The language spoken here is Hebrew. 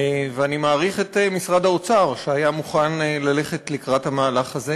ואני מעריך את משרד האוצר שהיה מוכן ללכת לקראת המהלך הזה.